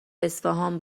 اصفهان